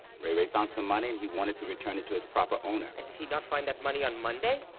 ray ray found some money and he wanted to return it to its proper owner. and did he not find that money on monday.